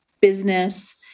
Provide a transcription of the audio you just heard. business